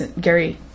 Gary